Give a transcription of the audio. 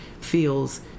feels